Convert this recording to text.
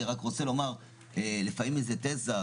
אני רק רוצה לומר לפעמים איזו תיזה,